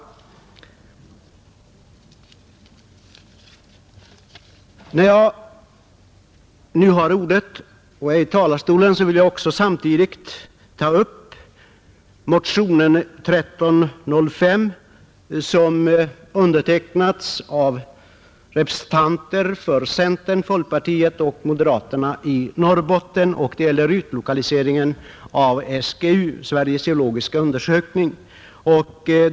Medan jag är i talarstolen vill jag säga några ord om motionen 1305 som undertecknats av representanter för centern, folkpartiet och moderaterna i Norrbotten. Det gäller utlokaliseringen av SGU, Sveriges geologiska undersökning.